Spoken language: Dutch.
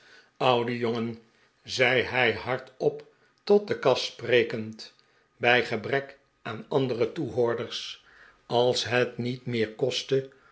oude jongen zei hij hardop tot de kast sprekend bij gebrek aan andere toehoorders als het niet meer kostte